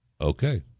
Okay